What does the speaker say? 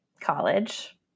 college